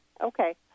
okay